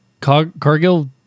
Cargill